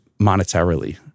monetarily